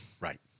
Right